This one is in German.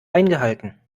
eingehalten